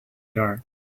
dark